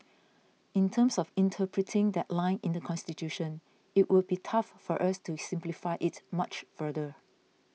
in terms of interpreting that line in the Constitution it would be tough for us to simplify it much further